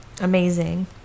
amazing